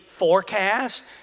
forecast